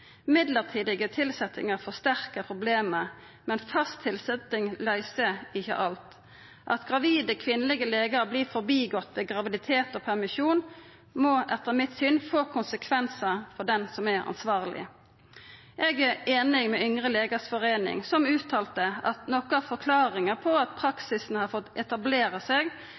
Midlertidige tilsetjingar forsterkar problemet, men fast tilsetjing løyser ikkje alt. At gravide kvinnelege legar vert forbigått ved graviditet og permisjon, må etter mitt syn få konsekvensar for den som er ansvarleg. Eg er einig med Yngre legers forening som uttalte at noko av forklaringa på at praksisen har fått etablera seg,